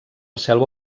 selva